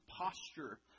posture